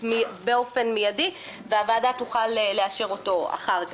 באופן מיידי והוועדה תוכל לאשר אותו אחר כך.